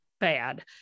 bad